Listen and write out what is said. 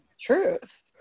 Truth